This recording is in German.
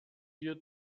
wir